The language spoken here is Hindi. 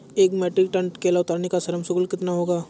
एक मीट्रिक टन केला उतारने का श्रम शुल्क कितना होगा?